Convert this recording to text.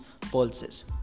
pulses